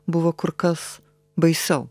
buvo kur kas baisiau